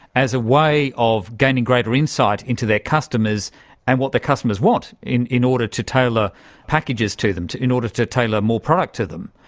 as a way of gaining greater insight into their customers and what the customers want in in order to tailor packages to them, in order to tailor more products to them.